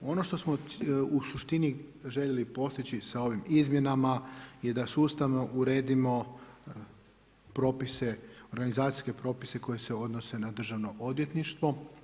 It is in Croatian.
Ono što smo u suštini željeli postići sa ovim izmjenama, je da sustavno uredimo propise, organizacijske propise koji se odnose na Državno odvjetništvo.